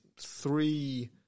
three